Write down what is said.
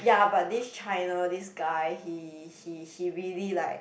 ya but this China this guy he he he really like